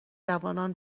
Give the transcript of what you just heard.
جوانان